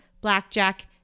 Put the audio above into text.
blackjack